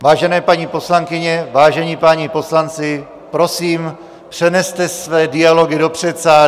Vážené paní poslankyně, vážení páni poslanci, prosím, přeneste své dialogy do předsálí.